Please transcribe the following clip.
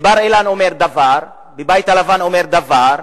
בבר-אילן אומר דבר, בבית הלבן אומר דבר,